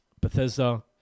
bethesda